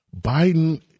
Biden